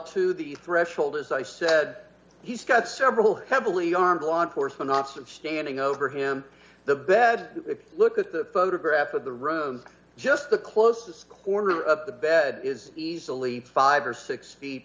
to the threshold as i said he's got several heavily armed law enforcement officers standing over him the bed if you look at the photograph of the room just the closest corner of the bed is easily five or six feet